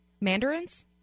Mandarin's